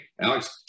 Alex